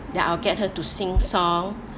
then I'll get her to sing song